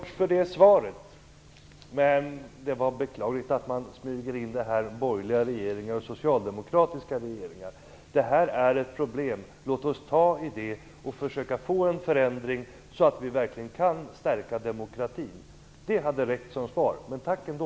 Fru talman! Tack för det svaret, Lars Hedfors. Det är beklagligt att han smyger in påståenden om borgerliga regeringar och socialdemokratiska regeringar. Det här är ett problem. Låt oss ta i det och försöka få en förändring, så att vi verkligen kan stärka demokratin. Det hade räckt som svar, men tack ändå!